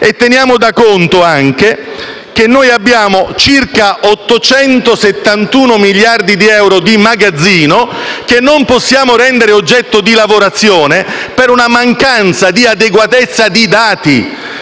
anche da conto che abbiamo circa 871 miliardi di euro di magazzino che non possiamo rendere oggetto di lavorazione per una mancanza di adeguatezza di dati.